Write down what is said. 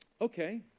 Okay